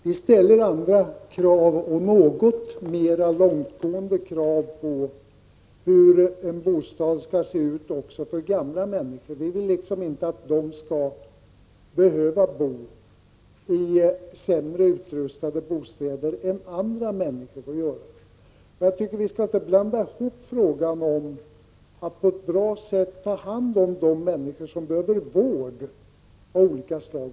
Vi ställer andra, och något mera långtgående, krav på hur en bostad för gamla människor skall se ut. Vi vill inte att de skall behöva bo i sämre utrustade bostäder än andra människor får göra. Vi skall inte blanda ihop detta med den fråga som handlar om att på ett bra sätt ta hand om människor som behöver vård av olika slag.